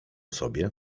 sobie